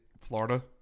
Florida